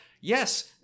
yes